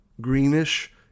greenish